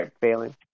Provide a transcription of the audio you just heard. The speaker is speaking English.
failing